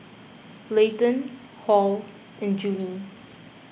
Layton Hall and Junie